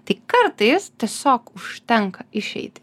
tai kartais tiesiog užtenka išeiti